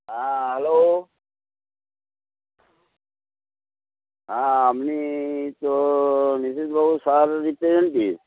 হ্যাঁ হ্যালো হ্যাঁ আমি তো নিতিন বাবু কি